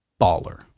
baller